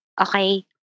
okay